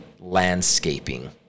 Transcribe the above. landscaping